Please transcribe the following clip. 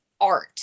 art